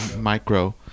micro